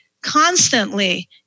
Constantly